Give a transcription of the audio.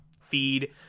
feed